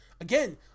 again